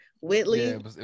Whitley